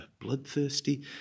bloodthirsty